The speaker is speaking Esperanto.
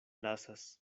lasas